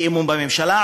אי-אמון בממשלה,